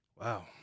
Wow